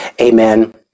Amen